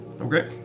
Okay